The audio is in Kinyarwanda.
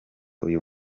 uyu